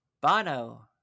Bono